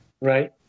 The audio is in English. right